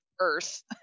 Earth